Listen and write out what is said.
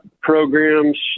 programs